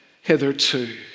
hitherto